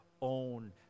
own